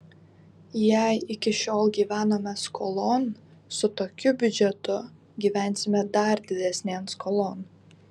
jei iki šiol gyvenome skolon su tokiu biudžetu gyvensime dar didesnėn skolon